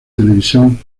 televisión